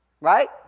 Right